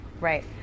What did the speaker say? Right